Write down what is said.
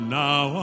now